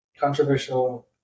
Controversial